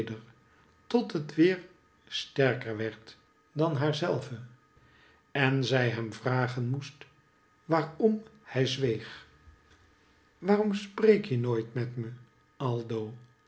tot het weer sterker werd dan haarzelve en zij hem vragen moest waajom hij zweeg waarom spreekje nooit met me aldo